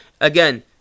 again